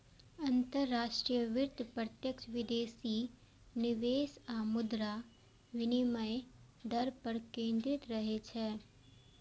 अंतरराष्ट्रीय वित्त प्रत्यक्ष विदेशी निवेश आ मुद्रा विनिमय दर पर केंद्रित रहै छै